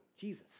Jesus